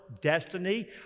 destiny